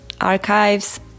archives